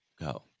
go